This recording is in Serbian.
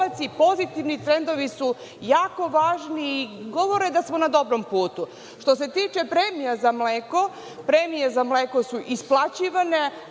pozitivni trendovi su jako važni i govore da smo na dobrom putu. Što se tiče premija za mleko, premije za mleko su isplaćivane,